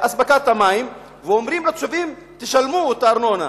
במועד זה החל משרד ראש הממשלה,